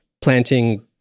planting